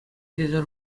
тесе